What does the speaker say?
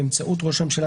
באמצעות ראש הממשלה,